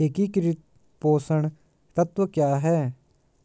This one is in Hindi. एकीकृत पोषक तत्व क्या है?